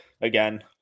again